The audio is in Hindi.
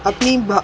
अपनी बा